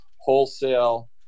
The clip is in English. wholesale